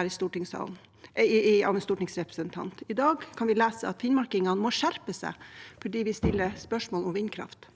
av en stortingsrepresentant. I dag kan vi lese at finnmarkingene må skjerpe seg fordi vi stiller spørsmål om vindkraft.